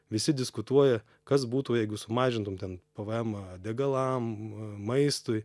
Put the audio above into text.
visi diskutuoja kas būtų jeigu sumažintum ten pv emą degalam maistui